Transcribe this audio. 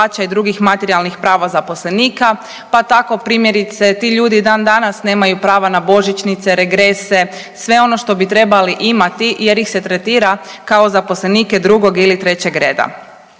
drugih materijalnih prava zaposlenika, pa tako, primjerice, ti ljudi dan danas nemaju prava na božićnice, regrese, sve ono što bi trebali imati jer ih se tretira kao zaposlenike drugog ili trećeg reda.